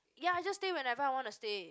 ya just stay whenever I wanna stay